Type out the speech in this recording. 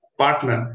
partner